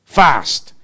fast